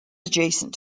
adjacent